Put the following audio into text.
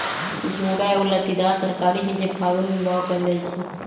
घिउरा एगो लत्तीदार तरकारी हई जे फागुन में बाओ कएल जाइ छइ